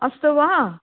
अस्तु वा